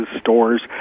stores